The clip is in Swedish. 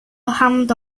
hand